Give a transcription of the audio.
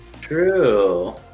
True